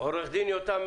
עורך דין יותם